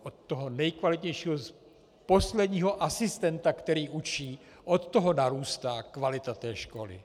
Od toho nejkvalitnějšího posledního asistenta, který učí, od toho narůstá kvalita té školy.